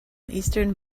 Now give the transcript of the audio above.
eastern